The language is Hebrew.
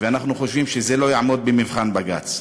ואנחנו חושבים שזה לא יעמוד במבחן בג"ץ.